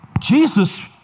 Jesus